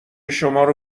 شمارو